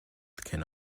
can